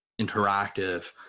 interactive